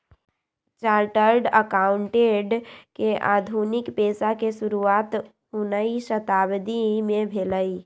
chartered accountant के आधुनिक पेशा के शुरुआत उनइ शताब्दी में भेलइ